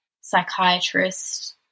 psychiatrist